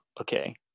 okay